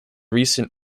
recent